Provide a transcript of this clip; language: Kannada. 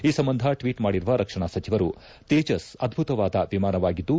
ಈ ಸಂಬಂಧ ಟ್ವೀಟ್ ಮಾಡಿರುವ ರಕ್ಷಣಾ ಸಚಿವರು ತೇಜಸ್ ಅದ್ಲುತವಾದ ವಿಮಾನವಾಗಿದ್ದು